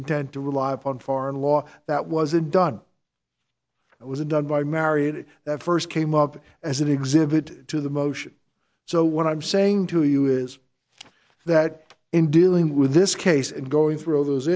intent to rely upon foreign law that wasn't done it was done by marriott that first came up as an exhibit to the motion so what i'm saying to you is that in dealing with this case and going through all those